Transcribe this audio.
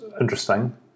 interesting